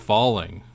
Falling